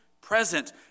present